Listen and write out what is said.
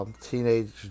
Teenage